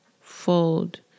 fold